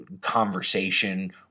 conversation